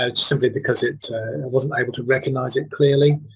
ah simply because it wasn't able to recognise it clearly,